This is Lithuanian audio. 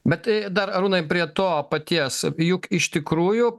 bet tai dar arūnai prie to paties juk iš tikrųjų